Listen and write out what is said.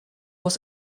muss